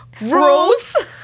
Rules